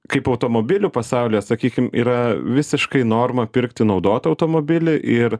kaip automobilių pasaulyje sakykim yra visiškai norma pirkti naudotą automobilį ir